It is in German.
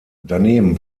daneben